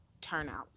turnout